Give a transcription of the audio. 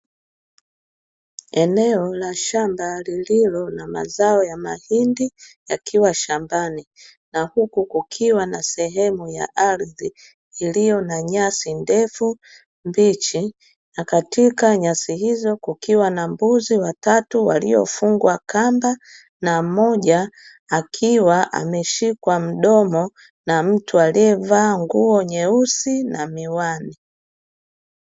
Eneo la shamba lililo na mazao ya mahindi yakiwashambani, na huku kukiwa na sehemu ya ardhi iliyo na nyasi ndefu, mbichi na katika nyasi hizo kukiwa mbuzi watatu waliofungwa kamba na mmoja akiwa ameshikwa mdomo na mtu aliyevaa nguo nyeusi na miwani.